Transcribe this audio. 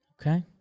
Okay